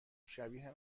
شبیه